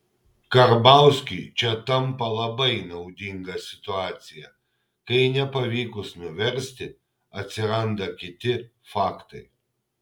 karbauskiui čia tampa labai naudinga situacija kai nepavykus nuversti atsiranda kiti faktai